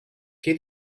què